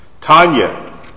Tanya